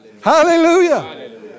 Hallelujah